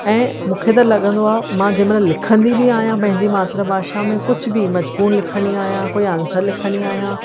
ऐं मूंखे त लॻंदो आहे मां जंहिं महिल लिखंदी बि आहियां पंहिंजी मातृभाषा में कुझु बि मज़मून लिखंदी आहियां कोई आंसर लिखंदी आहियां